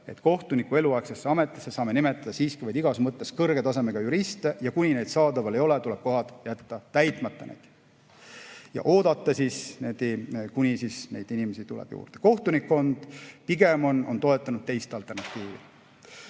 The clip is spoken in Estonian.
et kohtuniku eluaegsesse ametisse saame nimetada siiski vaid igas mõttes kõrge tasemega juriste, ja kuni neid saadaval ei ole, tuleb kohad jätta täitmata ja oodata, kuni neid inimesi tuleb juurde. Kohtunikkond on pigem toetanud teist alternatiivi.